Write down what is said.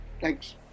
Thanks